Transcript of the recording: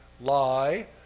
lie